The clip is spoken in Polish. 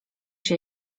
się